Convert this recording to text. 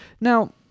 Now